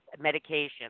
medication